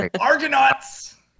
Argonauts